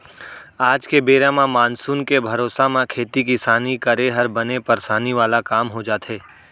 आज के बेरा म मानसून के भरोसा म खेती किसानी करे हर बने परसानी वाला काम हो जाथे